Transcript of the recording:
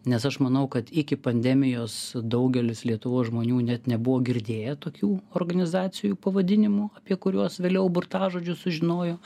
nes aš manau kad iki pandemijos daugelis lietuvos žmonių net nebuvo girdėję tokių organizacijų pavadinimų apie kuriuos vėliau burtažodžius sužinojo